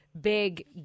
big